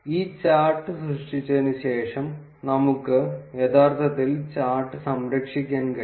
ഈ ചാർട്ട് സൃഷ്ടിച്ചതിനുശേഷം നമുക്ക് യഥാർത്ഥത്തിൽ ചാർട്ട് സംരക്ഷിക്കാൻ കഴിയും